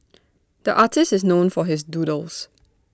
the artist is known for his doodles